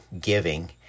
giving